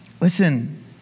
Listen